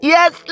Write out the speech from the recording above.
Yes